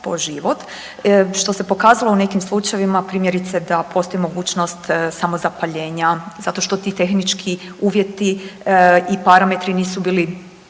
što se pokazalo u nekim slučajevima primjerice da postoji mogućnost samozapaljenja zato što ti tehnički uvjeti i parametri nisu bili